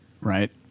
right